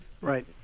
Right